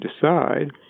decide